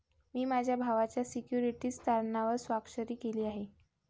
मी माझ्या भावाच्या सिक्युरिटीज तारणावर स्वाक्षरी केली आहे